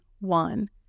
one